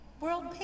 World